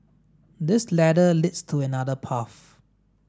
this ladder leads to another path